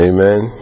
Amen